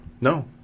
No